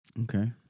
Okay